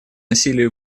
насилию